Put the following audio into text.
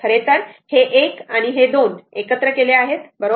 खरेतर हे एक आणि हे 2 एकत्र केले आहेत बरोबर